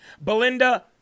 Belinda